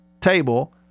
table